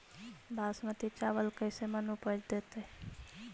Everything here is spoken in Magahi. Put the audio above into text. बासमती चावल कैसे मन उपज देतै?